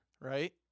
right